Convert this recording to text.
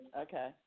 Okay